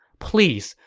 please,